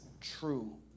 true